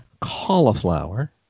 Cauliflower